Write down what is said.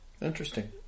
Interesting